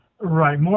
Right